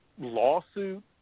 lawsuit